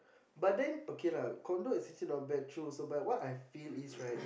but then okay lah condo is actually not bad true but what I feel is right